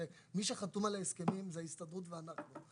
הרי מי שחתום על ההסכמים, זאת ההסתדרות ואנחנו.